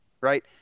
right